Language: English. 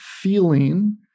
feeling